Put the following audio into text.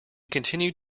continued